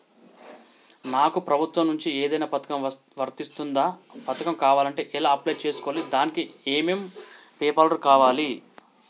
నాకు ప్రభుత్వం నుంచి ఏదైనా పథకం వర్తిస్తుందా? పథకం కావాలంటే ఎలా అప్లై చేసుకోవాలి? దానికి ఏమేం పేపర్లు కావాలి?